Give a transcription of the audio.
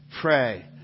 pray